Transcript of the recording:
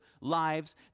lives